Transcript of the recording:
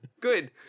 Good